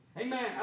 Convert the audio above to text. Amen